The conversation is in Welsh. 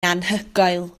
anhygoel